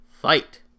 fight